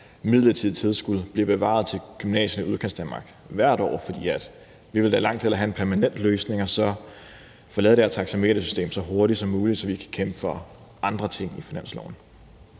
midlertidige tilskud bliver bevaret til gymnasierne i Udkantsdanmark hvert år? For vi ville da langt hellere have en permanent løsning og så få lavet det her taxametersystem så hurtigt som muligt, så vi kan kæmpe for andre ting i finansloven.